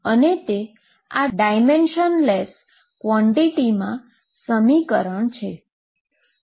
અને તે આ ડાઈમેન્શનલેસ ક્વોન્ટીટીમાં મારું સમીકરણ છે